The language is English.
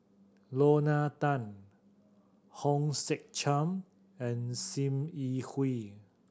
Lorna Tan Hong Sek Chern and Sim Yi Hui